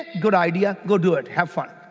good idea. go do it. have fun.